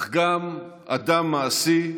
אך גם אדם מעשי,